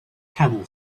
camel